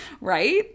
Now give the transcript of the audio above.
right